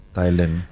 Thailand